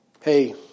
Hey